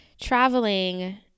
traveling